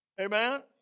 Amen